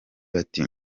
bati